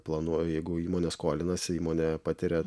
planuoja jeigu įmonė skolinasi įmonė patiria